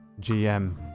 GM